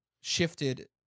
shifted